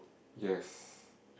yes